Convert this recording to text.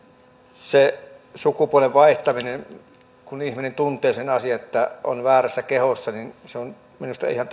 se sukupuolen vaihtaminen silloin kun ihminen tuntee että on väärässä kehossa on minusta ihan